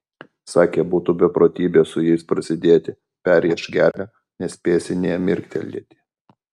sakė būtų beprotybė su jais prasidėti perrėš gerklę nespėsi nė mirktelėti